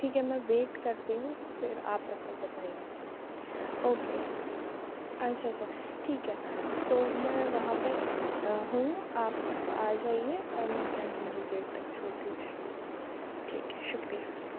ٹھیک ہے میں ویٹ کرتی ہوں پھر آپ تب تک بتائیے اوکے اچھا اچھا ٹھیک ہے تو میں وہاں پہ رہوں آپ آ جائیے اور مجھے سینٹنری گیٹ تک چھوڑ دیجیے ٹھیک ہے شکریہ